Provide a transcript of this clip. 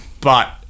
but-